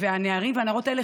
הנערים והנערות האלה,